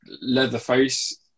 Leatherface